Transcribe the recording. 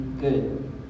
good